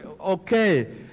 okay